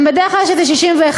גם בדרך כלל כשזה 61,